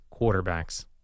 quarterbacks